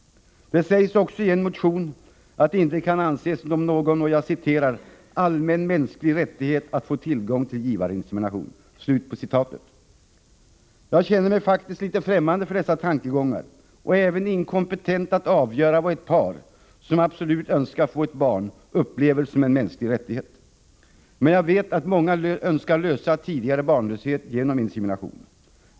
Det sägs också i en motion att det inte kan anses som någon ”allmän mänsklig rättighet att få tillgång till givarinsemination”. Jag känner mig faktiskt litet fftämmande för dessa tankegångar och även inkompetent att avgöra vad ett par som absolut önskar få ett barn upplever som mänsklig rättighet. Men jag vet att många önskar lösa tidigare barnlöshet genom insemination.